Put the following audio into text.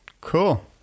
Cool